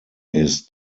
ist